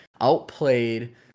outplayed